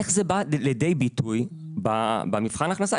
איך זה בא לידי ביטוי במבחן ההכנסה?